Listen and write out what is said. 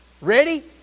ready